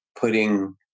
putting